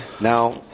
Now